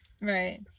Right